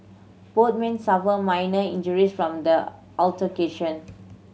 both men suffered minor injuries from the altercation